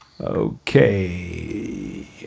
Okay